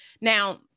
Now